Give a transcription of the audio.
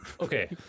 Okay